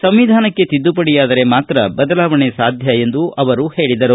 ಸಂವಿಧಾನಕ್ಕೆ ತಿದ್ದುಪಡಿಯಾದರೆ ಮಾತ್ರ ಬದಲಾವಣೆ ಸಾಧ್ಯ ಎಂದು ಅವರು ಹೇಳದರು